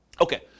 Okay